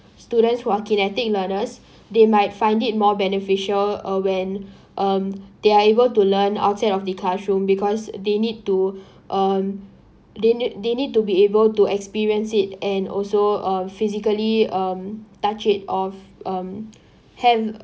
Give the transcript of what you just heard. students who are kinetic learners they might find it more beneficial uh when um they are able to learn outside of the classroom because they need to um they need they need to be able to experience it and also uh physically um touch it of um hand